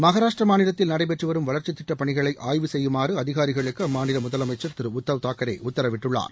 மகாராஷ்டிர மாநிலத்தில் நடைபெற்று வரும் வளர்க்சி திட்ட பணிகளை ஆய்வு செய்யுமாறு அதிகாரிகளுக்கு அம்மாநில முதலமைச்சர் திரு உத்தவ் தாக்கரே உத்தரவிட்டுள்ளார்